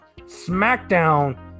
Smackdown